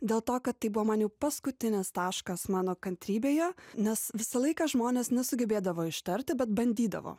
dėl to kad tai buvo man jau paskutinis taškas mano kantrybėje nes visą laiką žmonės nesugebėdavo ištarti bet bandydavo